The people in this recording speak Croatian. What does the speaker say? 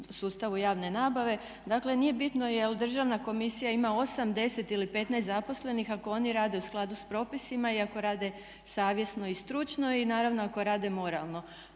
sustavu javne nabave. Dakle, nije bitno jel' Državna komisija ima 8, 10 ili 15 zaposlenih ako oni rade u skladu s propisima i ako rade savjesno i stručno i naravno ako rade moralno.